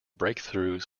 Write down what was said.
breakthroughs